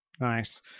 Nice